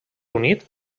unit